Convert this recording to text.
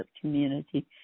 community